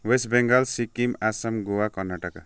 West Bengal Sikkim Assam Goa Karnataka